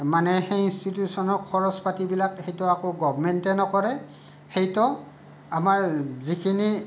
মানে সেই ইঞ্চটিটিউচনৰ খৰছ পাতিবিলাক সেইটো আকৌ গভৰ্ণমেণ্টে নকৰে সেইটো আমাৰ যিখিনি